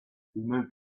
moved